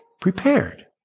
prepared